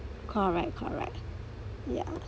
correct correct ya